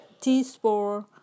teaspoon